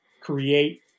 create